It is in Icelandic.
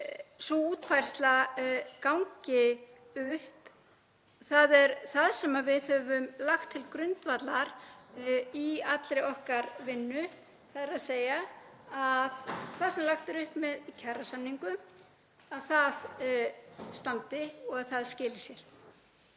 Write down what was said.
sú útfærsla gangi upp. Það er það sem við höfum lagt til grundvallar í allri okkar vinnu, þ.e. að það sem lagt er upp með í kjarasamningum standi og að það skili sér.